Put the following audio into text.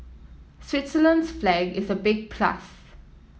Switzerland's flag is a big plus